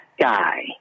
guy